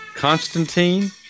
Constantine